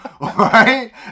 Right